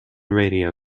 radio